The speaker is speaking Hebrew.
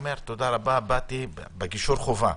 אמרתי בגישור חובה: